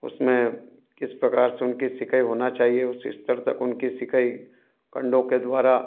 उसमें किस प्रकार से उनकी सिकाई होना चाहिए उस स्तर तक उनकी सिकाई कंडों के द्वारा